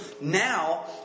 Now